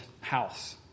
house